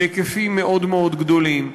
בהיקפים מאוד מאוד גדולים.